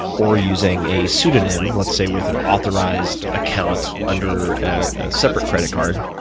or using a pseudonym, let's say with an authorized account under a separate credit card,